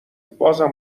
بازم